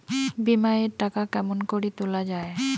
বিমা এর টাকা কেমন করি তুলা য়ায়?